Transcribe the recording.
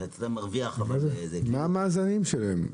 מה המאזנים שלהם?